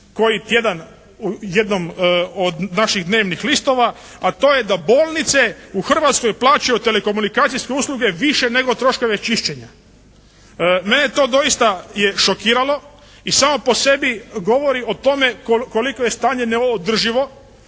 koji tjedan u jednom od naših dnevnih listova, a to je da bolnice u Hrvatskoj plaćaju telekomunikacijske usluge više nego troškove čišćenja. Mene to doista je šokiralo i samo po sebi govori koliko je stanje neodrživo,